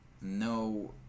no